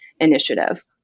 initiative